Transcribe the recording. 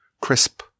crisp